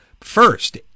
First